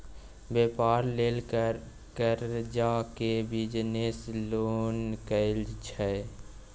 बेपार लेल करजा केँ बिजनेस लोन कहै छै